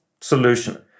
solution